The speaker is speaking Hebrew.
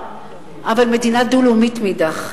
אבל מדינה דו-לאומית מאידך,